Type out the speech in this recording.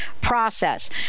process